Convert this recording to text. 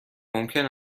ممکن